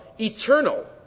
eternal